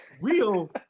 Real